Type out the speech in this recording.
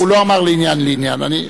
הוא לא אמר לעניין, לא,